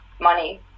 Money